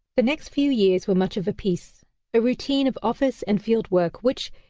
the next few years were much of a piece a routine of office and field work which,